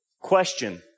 Question